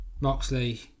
Moxley